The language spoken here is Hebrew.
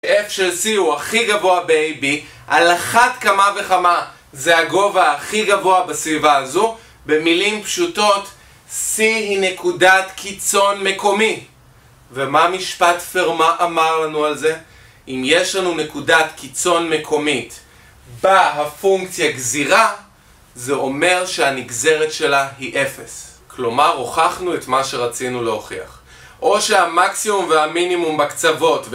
F(c) הוא הכי גבוה ב-AB על אחת כמה וכמה זה הגובה הכי גבוה בסביבה הזו במילים פשוטות C היא נקודת קיצון מקומי. ומה משפט פרמה אמר לנו על זה? אם יש לנו נקודת קיצון מקומית בה הפונקציה גזירה זה אומר שהנגזרת שלה היא אפס. כלומר הוכחנו את מה שרצינו להוכיח. או שהמקסימום והמינימום בקצוות ו...